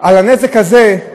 על הנזק הזה,